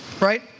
Right